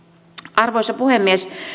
arvoisa puhemies